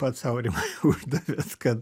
pats aurimai uždavęs kad